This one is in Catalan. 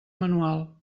manual